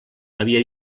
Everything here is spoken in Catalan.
havia